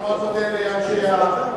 אני מאוד מודה לאנשי המקצוע,